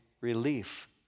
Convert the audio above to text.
relief